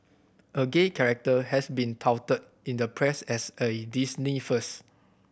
a gay character has been touted in the press as a Disney first